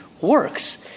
works